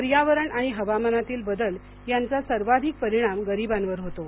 पर्यावरण आणि हवामानातील बदल यांचा सर्वाधिक परिणाम गरिबांवर होतो